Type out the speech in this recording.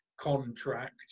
contract